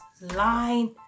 Line